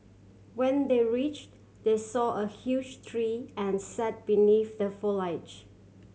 when they reached they saw a huge tree and sat beneath the foliage